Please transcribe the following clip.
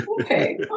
Okay